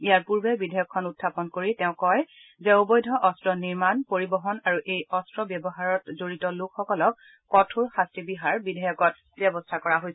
ইয়াৰ পূৰ্বে বিধেয়কখন উত্থাপন কৰি তেওঁ কয় যে অবৈধ অস্ত্ৰ নিৰ্মাণ পৰিবহন আৰু এই অস্ত্ৰ ব্যৱহাৰত জড়িত লোকসকলক কঠোৰ শাস্তি বিহাৰ বিধেয়কত ব্যৱস্থা কৰা হৈছে